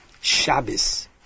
Shabbos